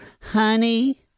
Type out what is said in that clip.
honey